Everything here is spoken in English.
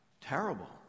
terrible